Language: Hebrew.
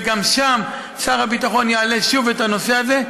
וגם שם שר הביטחון יעלה שוב את הנושא הזה,